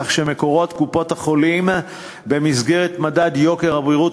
כך שמקורות קופות-החולים במסגרת מדד יוקר הבריאות